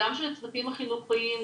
גם של הצוותים החינוכיים,